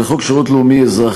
ולחוק שירות לאומי-אזרחי,